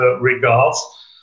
regards